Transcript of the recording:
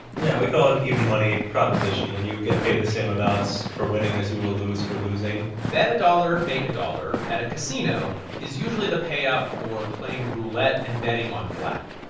yeah. we call it an even money proposition, when you get paid the same amounts for winning as you will lose for losing bet a dollar, make a dollar at a casino is usually the payout for playing roulette and betting on black.